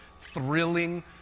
thrilling